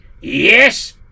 Yes